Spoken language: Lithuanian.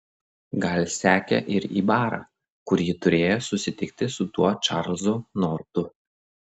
gal sekė ir į barą kur ji turėjo susitikti su tuo čarlzu nortu